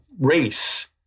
race